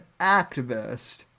activist